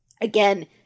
Again